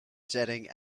jetting